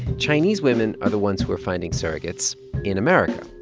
chinese women are the ones who are finding surrogates in america.